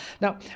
Now